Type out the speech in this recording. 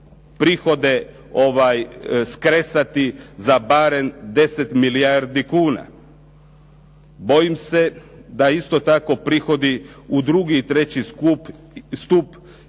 prihode skresati za barem 10 milijardi kuna. Bojim se da isto tako prihodi u 2. i 3. stup